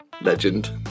Legend